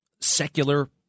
secular